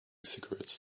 cigarettes